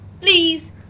please